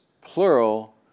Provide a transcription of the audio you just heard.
plural